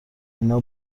اینا